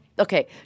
Okay